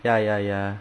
ya ya ya